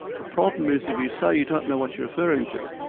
the problem is if you say you don't know what you're referring to,